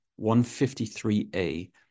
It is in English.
153a